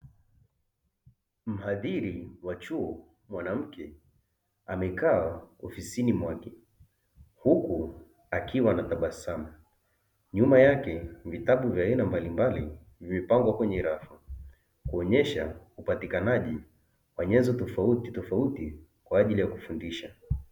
Mhadhiri wa chuo mwanamke amekaa ofisini mwake, huku akiwa na tabasamu nyuma yake vitabu vya aina mbalimbali vimepangwa kwenye rafu, kuonyesha upatikanaji wa nyenzo tofauti tofauti kwa ajili ya kufundisha.